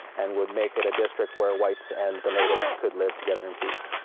and would make it a district where whites and the natives could live together in peace.